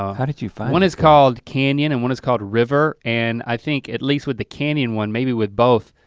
how did you find one is called canyon and one is called river and i think at least with the canyon one, maybe with both,